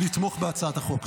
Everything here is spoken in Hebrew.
לתמוך בהצעת החוק.